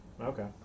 Okay